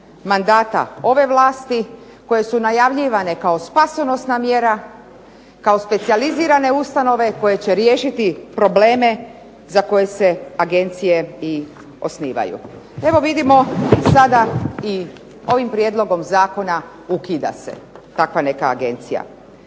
mandata ove vlasti, koje su najavljivane kao spasonosna mjera, kao specijalizirane ustanove koje će riješiti probleme za koje se agencije i osnivaju. Evo vidimo sada i ovim prijedlogom zakona ukida se takva neka agencija.